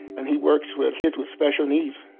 and he works with kids with special needs.